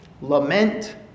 lament